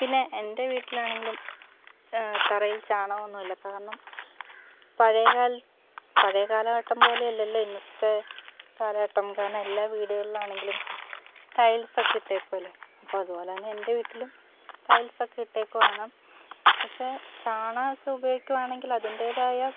പിന്നെ എൻ്റെ വീട്ടിലാണെങ്കിലും തറയിൽ ചാണകം ഒന്നുമില്ല കാരണം പഴയകാല പഴയ കാലഘട്ടം പോലെയല്ലല്ലോ ഇന്നത്തെ കാലഘട്ടം കാരണം എല്ലാ വീടുകളിലാണെങ്കിലും ടൈൽസ് ഒക്കെ ഇട്ടേക്കുവല്ലേ അപ്പോൾ അതുപോലെ തന്നെ എൻ്റെ വീട്ടിലും ടൈൽസ് ഒക്കെ ഇട്ടേക്കുവാണ് പക്ഷേ ചാണകം ഒക്കെ ഉപയോഗിക്കുകയാണെങ്കിൽ അതിൻ്റെതായ